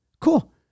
Cool